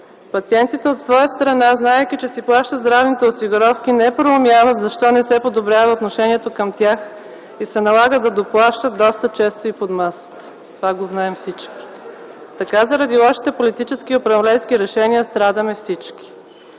Пациентите, от своя страна, знаейки, че си плащат здравните осигуровки, не проумяват защо не се подобрява отношението към тях и се налага да доплащат доста често и под масата. Това го знаем всички. Така заради лошите политически и управленски решения страдаме всички.